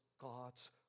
God's